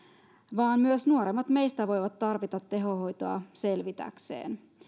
vaan myös nuoremmat meistä voivat tarvita tehohoitoa selvitäkseen